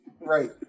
Right